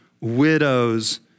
widows